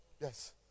Yes